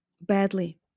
badly